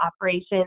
operations